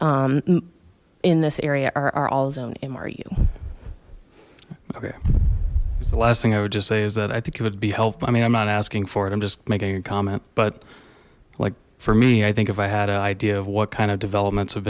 in this area are all zone m are you okay it's the last thing i would just say is that i think it would be help i mean i'm not asking for it i'm just making a comment but like for me i think if i had an idea of what kind of developments have